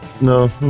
No